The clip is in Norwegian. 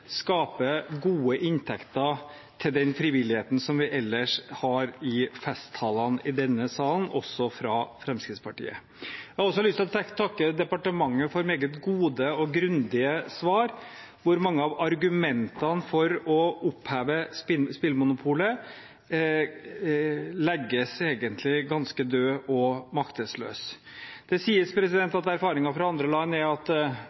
skape gode inntekter til den frivilligheten som vi ellers omtaler i festtalene i denne salen, også fra Fremskrittspartiets side. Jeg har lyst til å takke departementet for meget gode og grundige svar, hvor mange av argumentene for å oppheve spillmonopolet egentlig legges ganske døde og maktesløse. Det sies at erfaringer fra andre land er at